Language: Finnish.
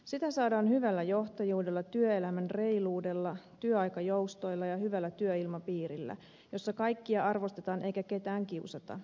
sitä saadaan hyvällä johtajuudella työelämän reiluudella työaikajoustoilla ja hyvällä työilmapiirillä jossa kaikkia arvostetaan eikä ketään kiusata